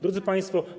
Drodzy Państwo!